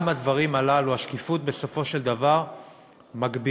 גם הדברים הללו, השקיפות בסופו של דבר מגבירה